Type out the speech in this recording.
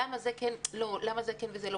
למה זה כן וזה לא.